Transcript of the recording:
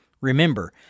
Remember